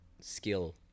skill